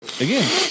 again